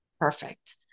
perfect